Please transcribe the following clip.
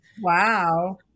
Wow